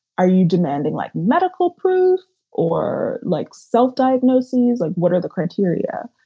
are you demanding, like medical proof or like self-diagnosis? like, what are the criteria?